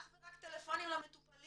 אך ורק טלפונים למטופלים,